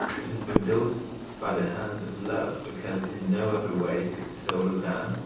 it has been built by the hands of love, because in no other way could the soul of man,